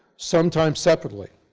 sometimes separately.